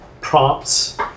prompts